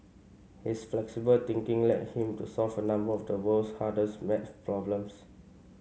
his flexible thinking led him to solve a number of the world's hardest maths problems